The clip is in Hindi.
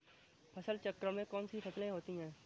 फसल चक्रण में कौन कौन सी फसलें होती हैं?